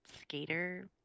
skater